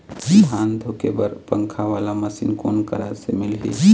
धान धुके बर पंखा वाला मशीन कोन करा से मिलही?